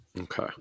Okay